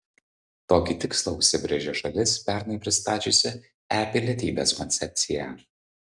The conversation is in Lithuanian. tokį tikslą užsibrėžė šalis pernai pristačiusi e pilietybės koncepciją